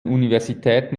universitäten